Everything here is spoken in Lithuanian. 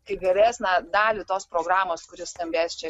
kai geresnę dalį tos programos kuri skambės čia